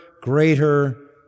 greater